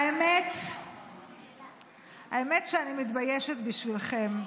האמת שאני מתביישת בשבילכם.